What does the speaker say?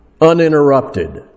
uninterrupted